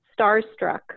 starstruck